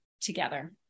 together